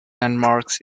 landmarks